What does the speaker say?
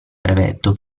brevetto